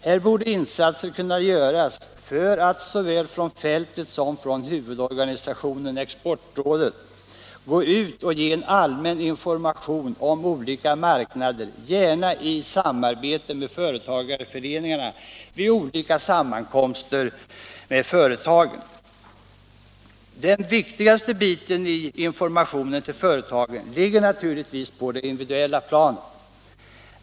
Här borde insatser kunna göras för att såväl från fältet som från huvudorganisationen Exportrådet gå ut och ge en allmän information om olika marknader, gärna i samarbete med företagarföreningarna vid olika sammankomster med företagen. Den viktigaste biten i informationen till företagen ligger naturligtvis på det individuella planet.